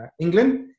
England